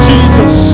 Jesus